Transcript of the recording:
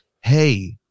hey